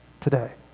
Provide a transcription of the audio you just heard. today